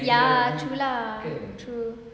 ya true lah true